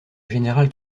général